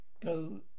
go